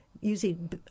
using